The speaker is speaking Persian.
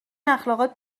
اخالقات